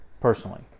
Personally